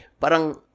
Parang